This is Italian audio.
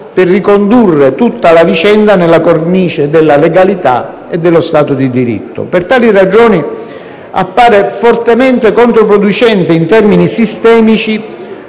per ricondurre tutta la vicenda nella cornice della legalità e dello Stato di diritto. Per tali ragioni, appare fortemente controproducente in termini sistemici,